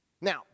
Now